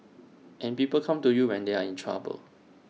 and people come to you when they are in trouble